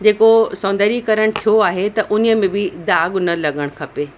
जेको सौंदर्यीकरण थियो आहे त हुनीअ में बि दाॻ न लॻणु खपे